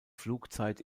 flugzeit